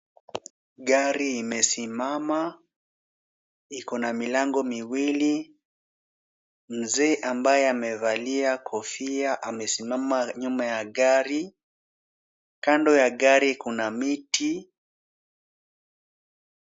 Gari imesimama, iko na milango miwili. Mzee ambaye amevalia kofia amesimama nyuma ya gari. Kando ya gari kuna miti.